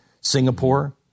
Singapore